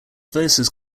verses